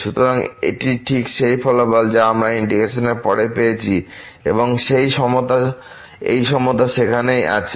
সুতরাং এটি ঠিক সেই ফলাফল যা আমরা ইন্টিগ্রেশনের পরে পেয়েছি এবং এই সমতা সেখানেই আছে